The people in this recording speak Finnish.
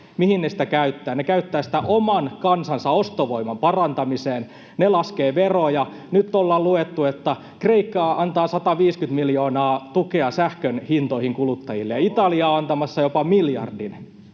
saivat, sitä käyttävät: ne käyttävät sitä oman kansansa ostovoiman parantamiseen, ne laskevat veroja. Nyt ollaan luettu, että Kreikka antaa 150 miljoonaa tukea sähkön hintoihin kuluttajille ja Italia on antamassa jopa miljardin.